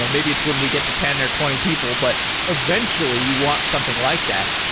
but maybe it's when we get to ten, or twenty people, but eventually you want something like that.